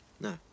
No